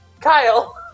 Kyle